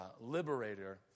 liberator